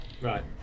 Right